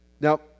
Now